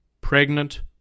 Pregnant